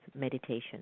meditation